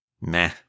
meh